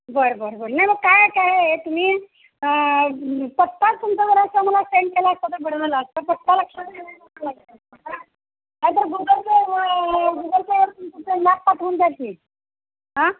बरं बरं बरं नाही मग काय काय आहे तुम्ही पत्ताच तुमचा जरासा मला सेंड केला असता तर बरं झालं असतं पत्ता लक्षात नाहीतर गुगल पे गुगल पेवर तुमचं ते मॅप पाठवून द्या की आं